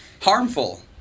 Harmful